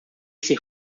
ser